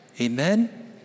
Amen